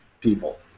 people